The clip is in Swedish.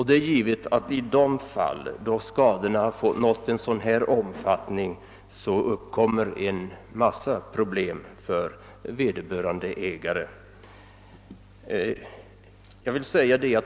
Det är givet att det i de fall, då skadorna blivit så omfattande som denna gång, uppkommer en mängd problem för vederbörande skogsägare.